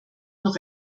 noch